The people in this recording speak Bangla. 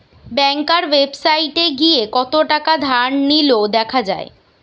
ব্যাংকার ওয়েবসাইটে গিয়ে কত থাকা ধার নিলো দেখা যায়